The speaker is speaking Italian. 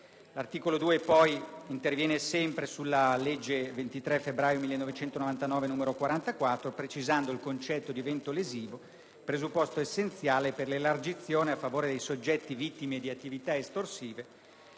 L'articolo 2 interviene, poi, sulla legge 23 febbraio 1999, n. 44, precisando il concetto di evento lesivo, presupposto essenziale per l'elargizione a favore dei soggetti vittime di attività estorsive,